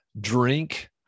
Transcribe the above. drink